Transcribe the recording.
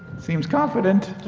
seems confident.